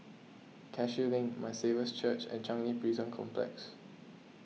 Cashew Link My Saviour's Church and Changi Prison Complex